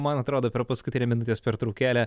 man atrodo per paskutinę minutės pertraukėlę